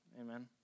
Amen